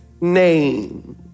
name